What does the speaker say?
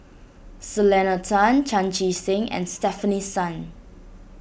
Selena Tan Chan Chee Seng and Stefanie Sun